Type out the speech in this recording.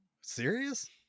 Serious